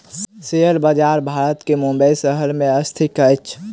share बजार भारत के मुंबई शहर में स्थित अछि